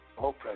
Okay